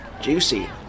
Juicy